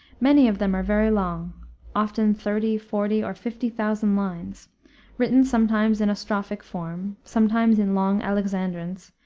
many of them are very long often thirty, forty, or fifty thousand lines written sometimes in a strophic form, sometimes in long alexandrines,